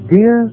Dear